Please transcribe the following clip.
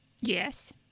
Yes